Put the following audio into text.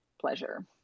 pleasure